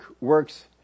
works